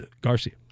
Garcia